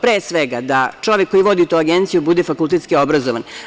Pre svega, da čovek koji vodi tu agenciju bude fakultetski obrazovan.